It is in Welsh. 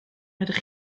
ydych